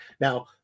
now